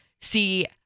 See